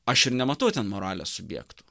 aš ir nematau ten moralės subjektų